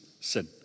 sin